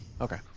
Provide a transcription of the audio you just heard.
Okay